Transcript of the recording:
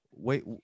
wait